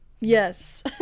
yes